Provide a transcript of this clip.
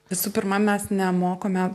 visų pirma mes nemokome